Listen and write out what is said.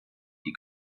die